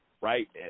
right